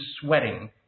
sweating